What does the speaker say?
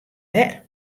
wer